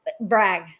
brag